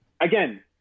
again